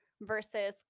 versus